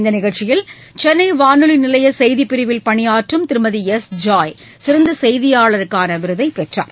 இந்த நிகழ்ச்சியில் சென்னை வானொலி நிலைய செய்திப்பிரிவில் பணியாற்றும் திருமதி எஸ் ஜாய் சிறந்த செய்தியாளருக்கான விருதை பெற்றார்